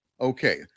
Okay